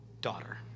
daughter